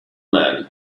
man